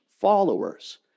followers